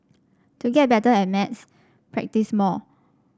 to get better at maths practise more